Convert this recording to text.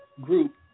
group